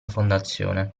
fondazione